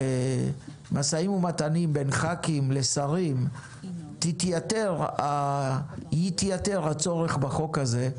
במשאים ומתנים בין ח"כים לשרים יתייתר הצורך בחוק הזה,